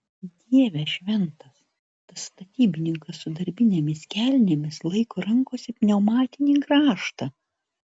dieve šventas tas statybininkas su darbinėmis kelnėmis laiko rankose pneumatinį grąžtą